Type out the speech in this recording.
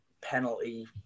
penalty